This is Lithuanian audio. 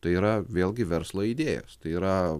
tai yra vėlgi verslo idėjos tai yra